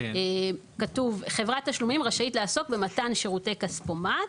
כתוב "חברת תשלומים רשאית לעסוק במתן שירותי כספומט,